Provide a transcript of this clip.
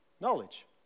Knowledge